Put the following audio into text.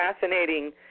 fascinating